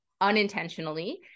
unintentionally